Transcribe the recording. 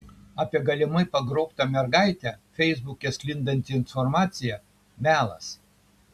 apie galimai pagrobtą mergaitę feisbuke sklindanti informacija melas